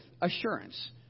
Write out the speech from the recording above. assurance